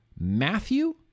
Matthew